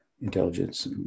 Intelligence